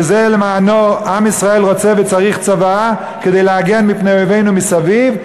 שלמענו עם ישראל רוצה וצריך צבא כדי להגן מפני אויבינו מסביב,